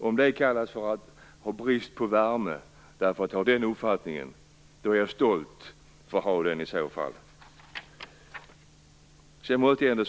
Om det kallas för att ha brist på värme att ha den uppfattningen är jag i så fall stolt att ha den.